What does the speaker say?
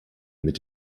mit